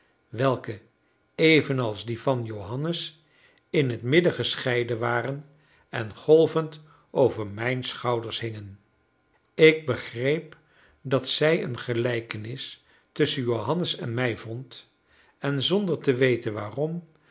welke evenals die van johannes in het midden gescheiden waren en golvend over mijn schouders hingen ik begreep dat zij een gelijkenis tusschen johannes en mij vond en zonder te weten waarom